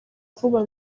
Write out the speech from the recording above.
vuba